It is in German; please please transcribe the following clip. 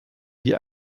die